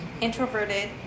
introverted